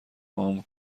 عام